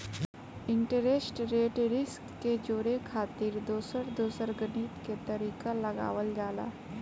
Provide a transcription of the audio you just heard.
interest rate risk के जोड़े खातिर दोसर दोसर गणित के तरीका लगावल जाला